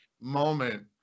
moment